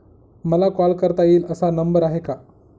मला कॉल करता येईल असा नंबर आहे का?